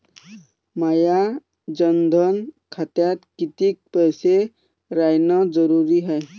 माया जनधन खात्यात कितीक पैसे रायन जरुरी हाय?